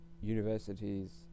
universities